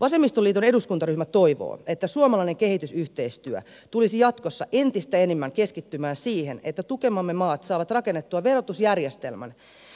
vasemmistoliiton eduskuntaryhmä toivoo että suomalainen kehitysyhteistyö tulisi jatkossa entistä enemmän keskittymään siihen että tukemamme maat saavat rakennettua verotusjärjestelmän